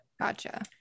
gotcha